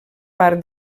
part